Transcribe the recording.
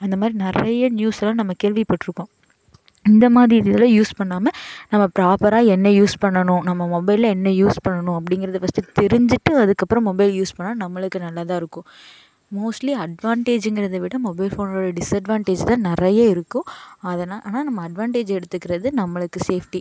அந்த மாதிரி நிறைய நியூஸ்செல்லாம் நம்ம கேள்விப்பட்டிருப்போம் இந்த மாதிரி இதெல்லாம் யூஸ் பண்ணாமல் நம்ம ப்ராப்பராக என்ன யூஸ் பண்ணணும் நம்ம மொபைலில் என்ன யூஸ் பண்ணணும் அப்படிங்கறத ஃபஸ்ட்டு தெரிஞ்சுட்டு அதுக்கப்புறம் மொபைல் யூஸ் பண்ணால் நம்மளுக்கு நல்லதாக இருக்கும் மோஸ்ட்லி அட்வான்டேஜ்ஜுங்கிறத விட மொபைல் ஃபோனோடய டிஸ்அட்வான்டேஜ்ஜு தான் நிறைய இருக்கும் அதனால் ஆனால் நம்ம அட்வான்டேஜ்ஜு எடுத்துக்கிறது நம்மளுக்கு சேஃப்ட்டி